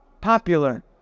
popular